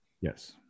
yes